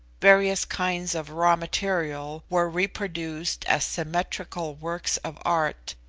various kinds of raw material were reproduced as symmetrical works of art,